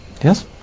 Yes